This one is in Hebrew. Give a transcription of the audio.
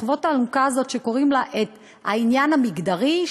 סוחבות את האלונקה הזאת שקוראים לה העניין המגדרי,